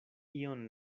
ion